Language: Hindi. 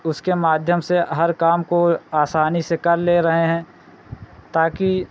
उसके माध्यम से हर काम को आसानी से कर ले रहे हैं ताकि